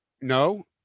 no